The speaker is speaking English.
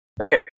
Okay